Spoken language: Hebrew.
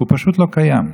הוא פשוט לא קיים.